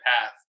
path